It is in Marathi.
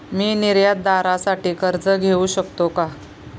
मी निर्यातदारासाठी कर्ज घेऊ शकतो का?